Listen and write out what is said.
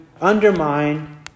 undermine